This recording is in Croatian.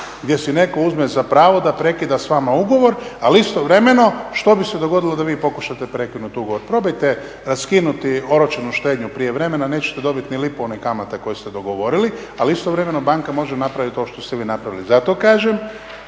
gdje si netko uzme za pravo da prekida s vama ugovor, ali istovremeno što bi se dogodilo da vi pokušate prekinuti ugovor? Probajte raskinuti oročenu štednju prijevremena, nećete dobiti ni lipu onih kamata koje ste dogovorili a istovremeno banka može napraviti to što ste vi napravili. Zato kažem